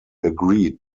agreed